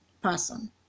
person